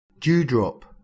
dewdrop